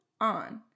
on